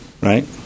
Right